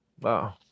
Wow